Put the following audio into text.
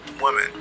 women